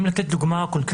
אם לתת דוגמה קונקרטית.